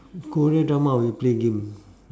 korean drama I will play game